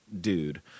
dude